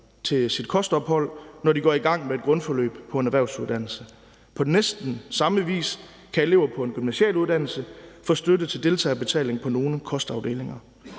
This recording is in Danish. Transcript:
til deres kostophold, når de går i gang med et grundforløb på en erhvervsuddannelse. På næsten samme vis kan elever på en gymnasial uddannelse få støtte til deltagerbetaling på nogle kostafdelinger.